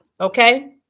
Okay